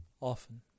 Often